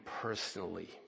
personally